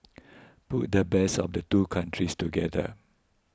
put the best of the two countries together